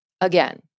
again